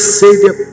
savior